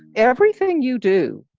everything you do,